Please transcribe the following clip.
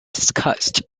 discussed